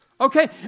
Okay